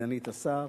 סגנית השר,